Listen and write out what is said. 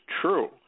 true